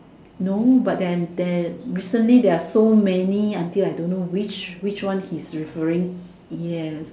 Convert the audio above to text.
no but then there recently there are so many until I don't know which which one he's referring yes